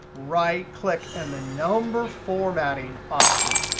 right click and the number formatting option.